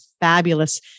fabulous